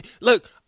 Look